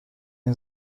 این